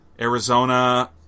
Arizona